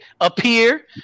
appear